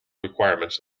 requirements